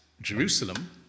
Jerusalem